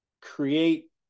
create